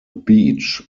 beach